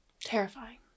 terrifying